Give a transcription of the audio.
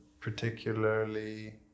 particularly